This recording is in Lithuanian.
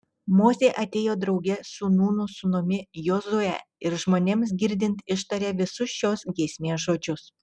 mozė atėjo drauge su nūno sūnumi jozue ir žmonėms girdint ištarė visus šios giesmės žodžius